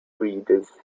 breeders